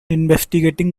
investigating